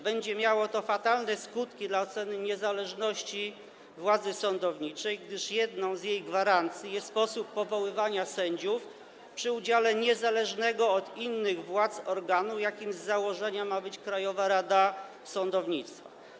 Będzie miało to fatalne skutki dla oceny niezależności władzy sądowniczej, gdyż jedną z jej gwarancji jest sposób powoływania sędziów przy udziale niezależnego od innych władz organu, jakim z założenia ma być Krajowa Rada Sądownictwa.